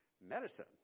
medicine